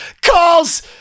calls